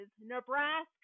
Nebraska